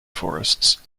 forests